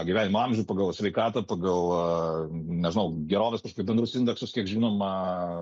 gyvenimo amžių pagal sveikatą pagal nežinau gerovės kažkokius bendrus indeksus kiek žinoma